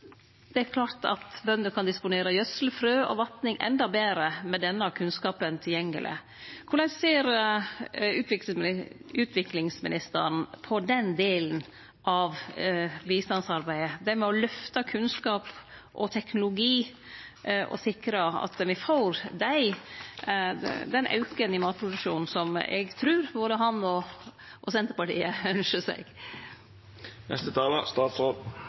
Det er klart at bønder kan disponere gjødselfrø og vatning endå betre med denne kunnskapen tilgjengeleg. Korleis ser utviklingsministeren på den delen av bistandsarbeidet: å lyfte kunnskap og teknologi og sikre at me får den auken i matproduksjon som eg trur både han og Senterpartiet ynskjer seg?